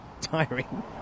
tiring